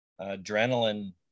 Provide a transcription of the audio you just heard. adrenaline